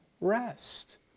rest